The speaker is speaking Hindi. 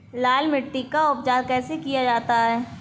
लाल मिट्टी का उपचार कैसे किया जाता है?